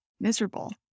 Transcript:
miserable